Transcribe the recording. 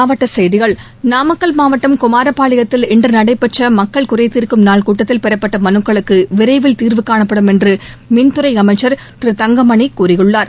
மாவட்ட செய்திகள் நாமக்கல் மாவட்டம் குமாரபாளையத்தில் இன்று நடைபெற்ற மக்கள் குறைதீர்க்கும் நாள் கூட்டத்தில் பெறப்பட்ட மனுக்குளக்கு விரைவில் தீர்வு காணப்படும் என்று மின்துறை அமைச்சர் திரு தங்கமணி கூறியுள்ளார்